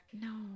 no